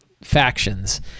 factions